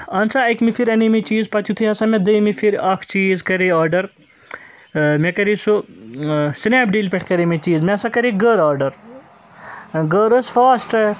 اہن سا اَکمہِ پھِرِ اَنے مےٚ چیٖز پَتہٕ یُتھُے ہَسا مےٚ دٔیمہِ پھِرِ اَکھ چیٖز کَرے آرڈَر مےٚ کَرے سُہ سنیپ ڈیٖل پٮ۪ٹھ کَرے مےٚ چیٖز مےٚ ہَسا کَرے گٔر آرڈَر گٔر ٲس فاسٹ